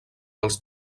dels